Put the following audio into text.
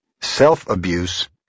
Self-abuse